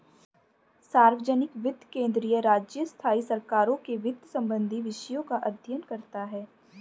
सार्वजनिक वित्त केंद्रीय, राज्य, स्थाई सरकारों के वित्त संबंधी विषयों का अध्ययन करता हैं